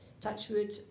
Touchwood